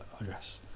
address